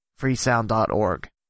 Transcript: freesound.org